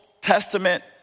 Testament